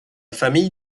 famille